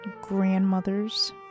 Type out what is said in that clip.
grandmother's